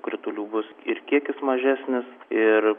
kritulių bus ir kiekis mažesnis ir